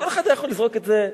כל אחד היה יכול לזרוק את זה,